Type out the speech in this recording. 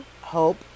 Hope